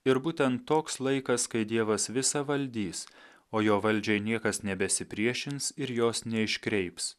ir būtent toks laikas kai dievas visa valdys o jo valdžiai niekas nebesipriešins ir jos neiškreips